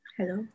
Hello